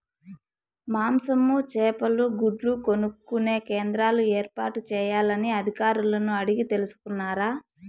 మాంసము, చేపలు, గుడ్లు కొనుక్కొనే కేంద్రాలు ఏర్పాటు చేయాలని అధికారులను అడిగి తెలుసుకున్నారా?